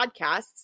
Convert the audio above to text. podcasts